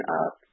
up